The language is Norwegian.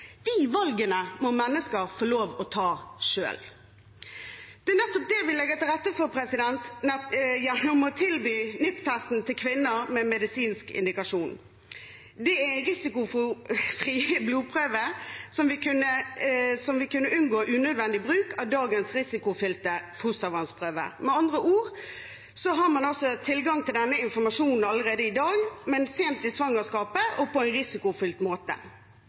De valgene må mennesker få lov til å ta selv. Det er nettopp det vi legger til rette for gjennom å tilby NIPT-testen til kvinner med medisinsk indikasjon. Det er en risikofri blodprøve som vil kunne gjøre at man unngår unødvendig bruk av dagens risikofylte fostervannsprøve. Med andre ord har man tilgang til denne informasjonen allerede i dag, men sent i svangerskapet og på en risikofylt måte.